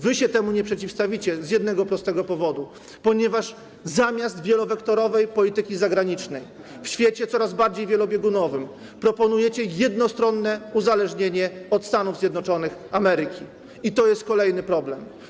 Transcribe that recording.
Wy się temu nie przeciwstawicie z jednego prostego powodu: ponieważ zamiast wielowektorowej polityki zagranicznej w świecie coraz bardziej wielobiegunowym proponujecie jednostronne uzależnienie od Stanów Zjednoczonych Ameryki, i to jest kolejny problem.